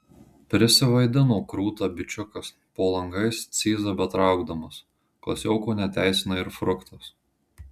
prisivaidino krūtą bičiukas po langais cyzą betraukdamas klasioko neteisina ir fruktas